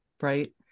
right